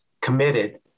committed